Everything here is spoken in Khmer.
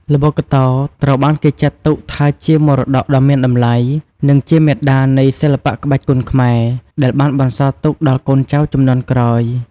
ល្បុក្កតោ ត្រូវបានគេចាត់ទុកថាជា មរតកដ៏មានតម្លៃ និងជាមាតានៃសិល្បៈក្បាច់គុនខ្មែរ ដែលបានបន្សល់ទុកដល់កូនចៅជំនាន់ក្រោយ។